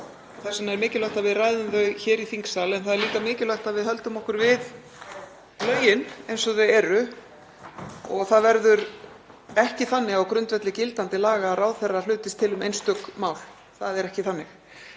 Það er mikilvægt að við ræðum þau hér í þingsal en það er líka mikilvægt að við höldum okkur við lögin eins og þau eru og það verður ekki þannig á grundvelli gildandi laga að ráðherra hlutist til um einstök mál. Það er ekki þannig.